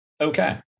Okay